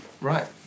Right